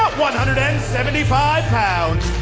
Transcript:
one hundred and seventy five pounds,